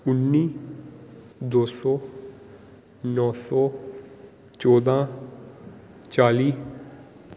ਉੱਨੀ ਦੋ ਸੌ ਨੌਂ ਸੌ ਚੌਦਾਂ ਚਾਲੀ